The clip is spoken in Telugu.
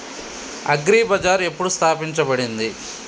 అగ్రి బజార్ ఎప్పుడు స్థాపించబడింది?